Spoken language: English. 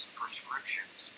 prescriptions